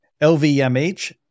LVMH